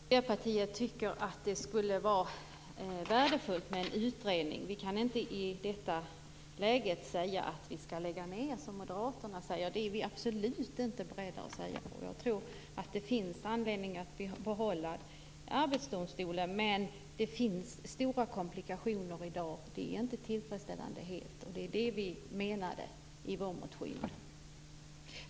Herr talman! Miljöpartiet tycker att det skulle vara värdefullt med en utredning. I det här läget kan vi inte säga att vi skall lägga ned Arbetsdomstolen som moderaterna säger. Det är vi absolut inte beredda att säga. Jag tror att det finns anledning att behålla Arbetsdomstolen, men det finns stora komplikationer i dag. Det är inte helt tillfredsställande. Det var det vi menade i vår motion.